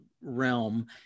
realm